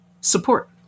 support